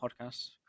Podcast